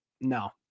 no